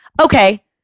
Okay